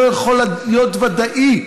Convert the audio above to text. לא יכול להיות ודאי.